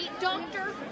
doctor